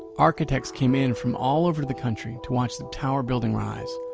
architects came in from all over the country to watch the tower building rise,